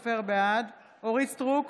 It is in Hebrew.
בעד אורית מלכה סטרוק,